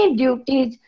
duties